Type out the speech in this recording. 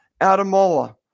Adamola